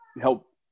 help